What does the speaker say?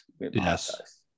Yes